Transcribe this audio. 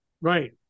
right